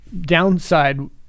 downside